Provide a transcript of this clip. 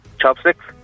chopsticks